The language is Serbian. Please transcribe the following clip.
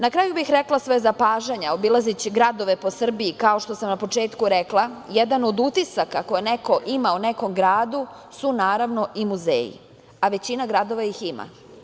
Na kraju bih rekla svoja zapažanja obilazeći gradove po Srbiji, kao što sam na početku rekla, jedan od utisaka koje neko ima o nekom gradu su, naravno i muzeji, a većina gradova ih ima.